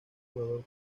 jugador